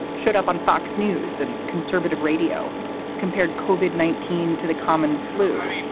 showed up on fox news and conservative radio compared covered nineteen to the common flu